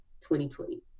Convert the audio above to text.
2020